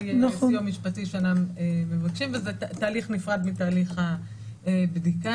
סיוע משפטי שאינם מבקשים וזה תהליך נפרד מתהליך הבדיקה.